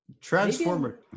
Transformer